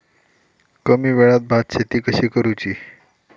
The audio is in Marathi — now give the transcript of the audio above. कमी वेळात भात शेती कशी करुची?